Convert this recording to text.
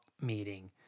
meeting